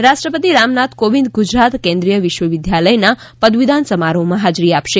પદવીદાન રાષ્ટ્રપતિ રામનાથ કોવિદ ગુજરાત કેન્દ્રિય વિશ્વ વિદ્યાલયના પદવીદાન સમારોહમાં હાજરી આપશે